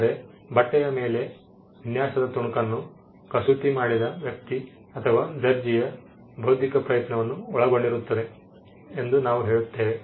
ಆದರೆ ಬಟ್ಟೆಯ ಮೇಲೆ ವಿನ್ಯಾಸದ ತುಣುಕನ್ನು ಕಸೂತಿ ಮಾಡಿದ ವ್ಯಕ್ತಿ ಅಥವಾ ದರ್ಜಿಯ ಬೌದ್ಧಿಕ ಪ್ರಯತ್ನವನ್ನು ಒಳಗೊಂಡಿರುತ್ತದೆ ಎಂದು ನಾವು ಹೇಳುತ್ತೇವೆ